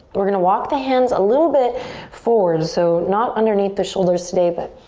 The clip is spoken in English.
we're gonna walk the hands a little bit forward. so not underneath the shoulders today but